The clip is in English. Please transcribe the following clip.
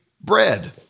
bread